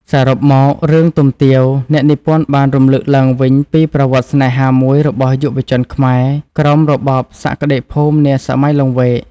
សរុបមករឿងទុំទាវអ្នកនិពន្ធបានរំលឹកឡើងវិញពីប្រវត្តិស្នេហាមួយរបស់យុវជនខ្មែរ ក្រោមរបបសក្តិភូមិនាសម័យលង្វែក ។